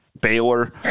Baylor